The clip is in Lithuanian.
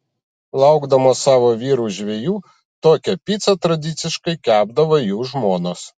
laukdamos savo vyrų žvejų tokią picą tradiciškai kepdavo jų žmonos